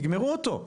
תגמרו אותו.